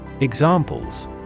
Examples